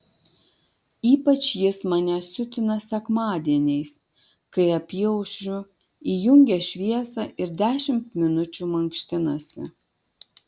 ypač jis mane siutina sekmadieniais kai apyaušriu įjungia šviesą ir dešimt minučių mankštinasi